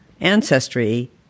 Ancestry